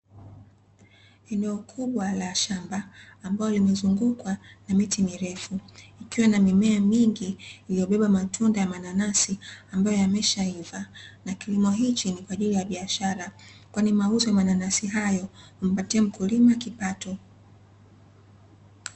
Eneo kubwa la shamba ambalo limezungukwa na miti mirefu, ikiwa na mimea mingi iliyobeba matunda ya mananasi ambayo yameshaiva, na kilimo hichi ni kwa ajili ya biashara kwani mauzo ya mananasi hayo humpatia mkulima kipato.